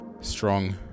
strong